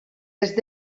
est